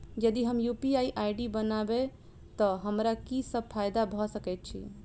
यदि हम UPI ID बनाबै तऽ हमरा की सब फायदा भऽ सकैत अछि?